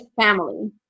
family